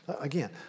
again